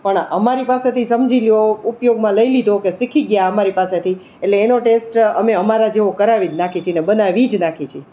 પણ અમારી પાસેથી સમજી લો ઉપયોગમાં લઈ લીધો કે શીખી ગયા અમારી પાસેથી એટલે એનો ટાઈમ વેસ્ટ અને અમારા જેવો કરાવી જ નાખી છી અને બનાવી જ નાખીએ છીએ